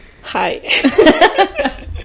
hi